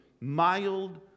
mild